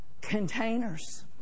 containers